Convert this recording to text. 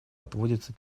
отводится